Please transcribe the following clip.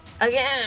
Again